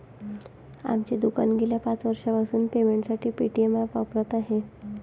आमचे दुकान गेल्या पाच वर्षांपासून पेमेंटसाठी पेटीएम ॲप वापरत आहे